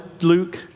Luke